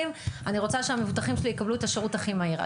כי אני רוצה שהמבוטחים שלי יקבלו את השירות הכי מהיר.